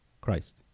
Christ